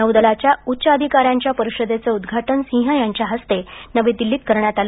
नौदलाच्या उच्च अधिकाऱ्यांच्या परिषदेचं उद्घाटन सिंह यांच्या हस्ते नवी दिल्लीत करण्यात आलं